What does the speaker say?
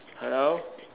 hello